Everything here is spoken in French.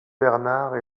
bernard